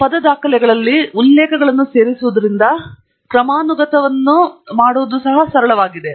ಪದ ದಾಖಲೆಯಲ್ಲಿ ಉಲ್ಲೇಖಗಳನ್ನು ಸೇರಿಸುವುದರಿಂದ ಕ್ರಮಾನುಗತವನ್ನು ಆರೈಕೆ ಮಾಡುವುದು ಸರಳವಾಗಿದೆ